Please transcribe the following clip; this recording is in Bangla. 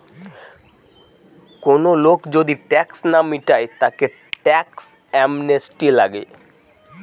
কোন লোক যদি ট্যাক্স না মিটায় তাকে ট্যাক্স অ্যামনেস্টি লাগে